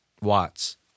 Watts